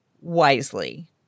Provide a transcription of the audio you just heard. wisely